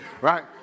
right